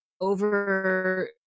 over